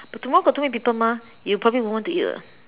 but tomorrow got too many people mah you probably won't want to eat lah